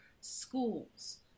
schools